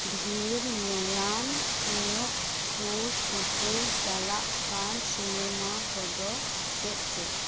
ᱰᱷᱮᱨ ᱧᱮᱞᱟᱱ ᱤᱧᱟᱹᱜ ᱥᱩᱨᱥᱩᱯᱩᱨ ᱪᱟᱞᱟᱜ ᱠᱟᱱ ᱥᱤᱱᱮᱢᱟ ᱠᱚᱫᱚ ᱪᱮᱫ ᱪᱮᱫ